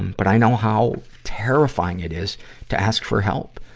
but i know how terrifying it is to ask for help,